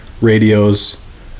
Radio's